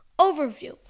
Overview